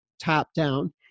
top-down